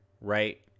right